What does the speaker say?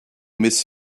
miss